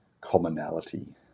commonality